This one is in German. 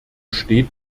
steht